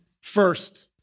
first